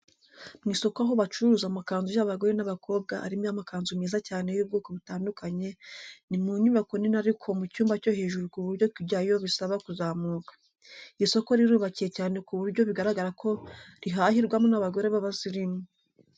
Mu isoko aho bacururiza amakanzu y'abagore n'abakobwa harimo amakanzu meza cyane y'ubwoko butandukanye. Ni mu nyubako nini ariko mu cyumba cyo hejuri ku buryo kujyayo bisaba kuzamuka. Iri soko rirubakiye cyane ku buryo bigaragara ko rihahirwamo n'abagore b'abasirimu.